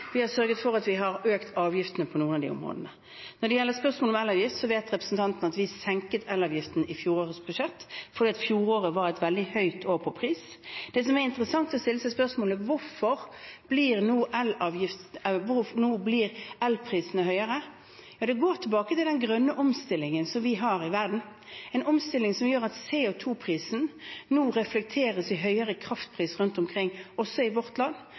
av disse områdene. Når det gjelder spørsmålet om elavgift, vet representanten Gjelsvik at vi senket elavgiften i fjorårets budsjett fordi fjoråret var et år med veldig høye priser. Det som er interessant, er å stille seg spørsmålet om hvorfor elprisene nå blir høyere. Det går tilbake til den grønne omstillingen vi har i verden, en omstilling som gjør at CO 2 -prisen nå reflekteres i høyere kraftpris rundt omkring, også i vårt land,